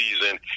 season